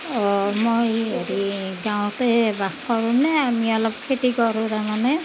অঁ মই এই হেৰি গাঁৱতে বাস কৰোঁনে আমি অলপ খেতি কৰোঁ তাৰমানে